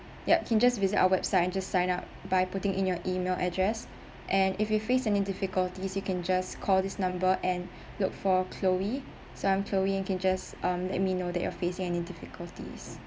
yup can just visit our website and just sign up by putting in your email address and if you face any difficulties you can just call this number and look for chloe so I'm chloe you can just um let me know that you're facing any difficulties